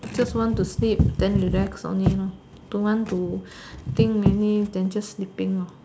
just want to sleep then relax only don't want to think many then just sleeping